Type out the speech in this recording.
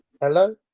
hello